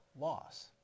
loss